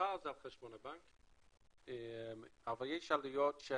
השכר זה על חשבון הבנק, אבל יש עלויות של